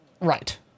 Right